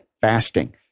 fasting